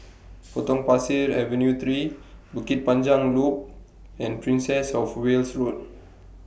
Potong Pasir Avenue three Bukit Panjang Loop and Princess of Wales Road